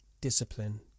Discipline